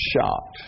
shocked